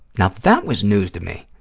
now, that was news to me.